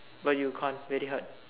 but you can't very hard